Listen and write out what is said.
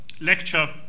lecture